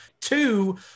two